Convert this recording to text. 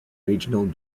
regional